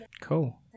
Cool